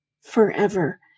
forever